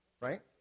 Right